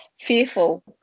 fearful